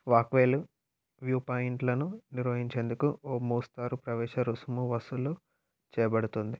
వాక్వేలు view పాయింట్లను నిర్వహించేందుకు ఓ మోస్తరు ప్రవేశ రుసుము వసూలు చేయబడుతుంది